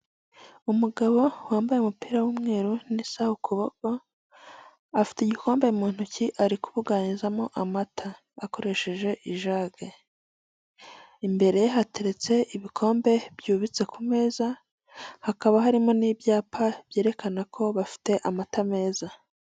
Umugabo wambaye umupira w'umweru n'isaha ku kuboko afite igikombe mu ntoki ari kubuganizamo amata akoresheje ijage. Imbere hateretse ibikombe byubitse ku meza hakaba harimo n'ibyapa byerekana ko bafite amata meza.